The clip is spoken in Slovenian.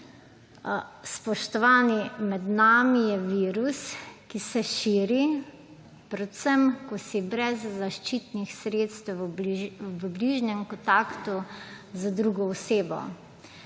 Spoštovani, med nami je virus, ki se širi predvsem, ko si brez zaščitnih sredstev v bližnjem kontaktu z drugo osebo.